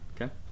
Okay